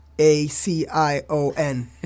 A-C-I-O-N